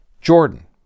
jordan